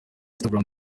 zirimo